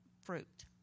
fruit